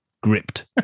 gripped